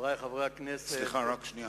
חברי חברי הכנסת, סליחה, רק שנייה.